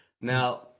Now